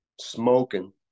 smoking